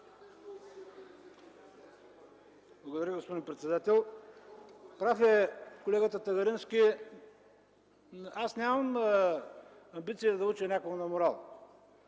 Благодаря, господин председател. Прав е колегата Тагарински – аз нямам амбиция да уча някого на морал,